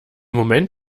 moment